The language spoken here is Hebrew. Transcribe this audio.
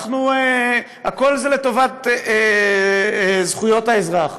הכול זה לטובת זכויות האזרח.